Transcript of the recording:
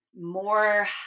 more